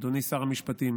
אדוני שר המשפטים,